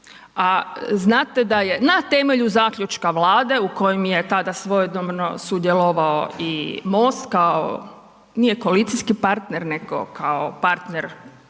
a znate da je na temelju zaključka Vlade u kojem je tada svojedobno sudjelovao i MOST kao nije koalicijski partner nego kao partner